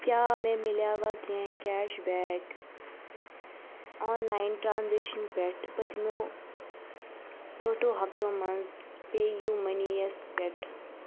کیٛاہ مےٚ مِلیوٚوہ کینٛہہ cash back online transaction پٮ۪ٹھ پٔتمیٚو ٲٹھو ہفتن مَنٛز پے یوٗ مٔنی یَس پٮ۪ٹھ